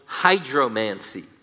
hydromancy